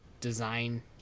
design